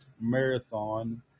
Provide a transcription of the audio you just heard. marathon